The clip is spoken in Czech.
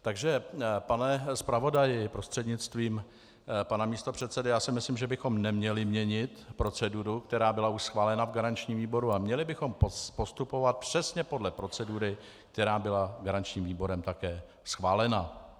Takže pane zpravodaji prostřednictvím pana místopředsedy, já si myslím, že bychom neměli měnit proceduru, která už byla schválena v garančním výboru, a měli bychom postupovat přesně podle procedury, která byla garančním výborem také schválena.